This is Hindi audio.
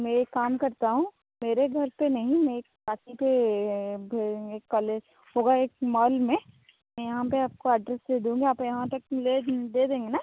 मैं एक काम करता हूँ मेरे घर पर नहीं मैं एक पास ही पर एक कौलेज होगा एक मौल में मैं यहाँ पर आपको अड्रेस दे दूँगी आप यहाँ तक ले दे देंगे ना